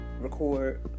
record